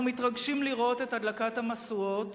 אנחנו מתרגשים לראות את הדלקת המשואות,